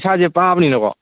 ꯏꯁꯥꯁꯦ ꯄꯥꯕꯅꯤꯅꯀꯣ